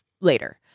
later